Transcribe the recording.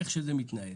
איך שזה מתנהל.